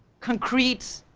concrete,